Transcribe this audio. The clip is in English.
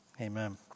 amen